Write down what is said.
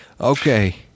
okay